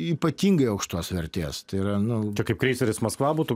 ypatingai aukštos vertės tai yra nu kaip kreiseris maskva būtų